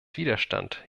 widerstand